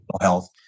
health